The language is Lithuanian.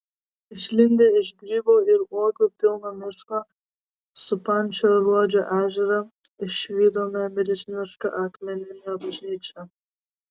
išlindę iš grybų ir uogų pilno miško supančio luodžio ežerą išvydome milžinišką akmeninę bažnyčią